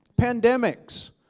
pandemics